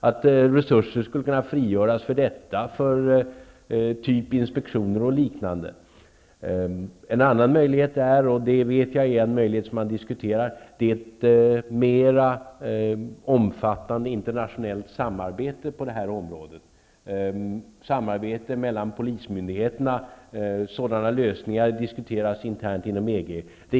Dessa resurser skulle kunna frigöras för t.ex. inspektioner och liknande. En annan möjlighet som man diskuterar är ett mera omfattande internationellt samarbete mellan polismyndigheterna på detta område. Sådana lösningar diskuteras internt inom EG.